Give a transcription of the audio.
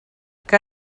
que